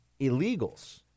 illegals